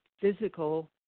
physical